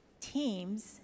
teams